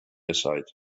aside